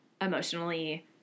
emotionally